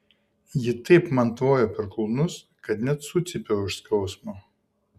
ji taip man tvojo per kulnus kad net sucypiau iš skausmo